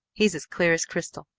he's as clear as crystal,